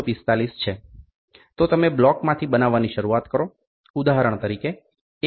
545 છે તો તમે બ્લોકમાંથી બનાવવાની શરૂઆત કરો ઉદાહરણ તરીકે 1